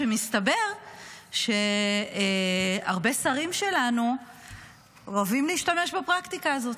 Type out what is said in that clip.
ומסתבר שהרבה שרים שלנו אוהבים להשתמש בפרקטיקה הזו.